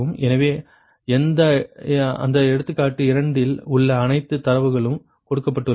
எனவே அந்த எடுத்துக்காட்டு 2 இல் உள்ள அனைத்து தரவுகளும் கொடுக்கப்பட்டுள்ளன